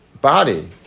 body